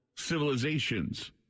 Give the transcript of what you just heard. civilizations